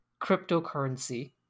cryptocurrency